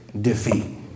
defeat